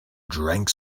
drank